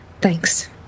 Thanks